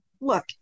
look